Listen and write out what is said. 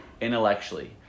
intellectually